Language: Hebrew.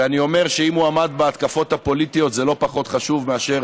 ואני אומר שאם הוא עמד בהתקפות הפוליטיות זה לא פחות חשוב מאשר